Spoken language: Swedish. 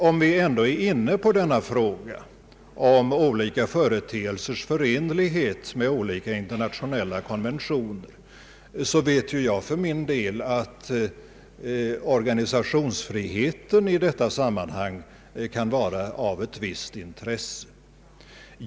När vi ändå är inne på denna fråga om olika företeelsers förenlighet med olika internationella konventioner, vill jag nämna att jag för min del vet att organisationsfriheten i detta sammanhang kan vara av ett visst intresse.